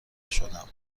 شدم